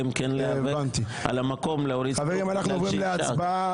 אנחנו הולכים להצבעה.